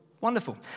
Wonderful